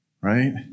Right